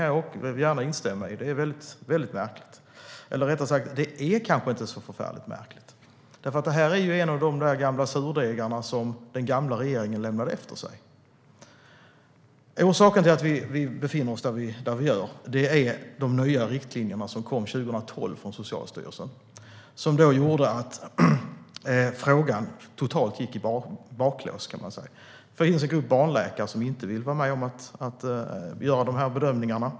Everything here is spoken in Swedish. Jag kan instämma i att det är märkligt. Rättare sagt är det kanske inte så förfärligt märkligt. Det här är en av de gamla surdegarna som den gamla regeringen lämnade efter sig. Orsaken till att vi befinner oss där är de nya riktlinjerna som kom 2012 från Socialstyrelsen. De gjorde att frågan totalt gick i baklås. Det finns en grupp barnläkare som inte vill vara med och göra bedömningarna.